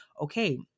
okay